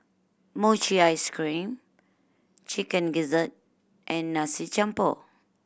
mochi ice cream Chicken Gizzard and Nasi Campur